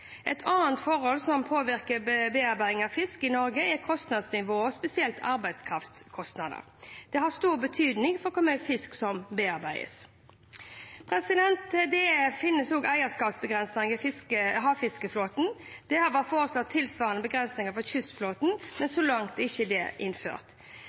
Et annet forhold som påvirker bearbeiding av fisk i Norge, er kostnadsnivået, spesielt arbeidskraftkostnader. Det har stor betydning for hvor mye fisk som bearbeides. Det finnes også eierskapsbegrensninger i havfiskeflåten. Det har vært foreslått tilsvarende begrensninger for kystflåten, men så langt er ikke det innført.